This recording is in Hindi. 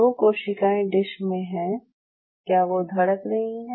जो कोशिकाएं डिश में हैं क्या वो धड़क रही हैं